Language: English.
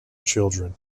children